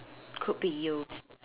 could be used